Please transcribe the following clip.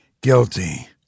Guilty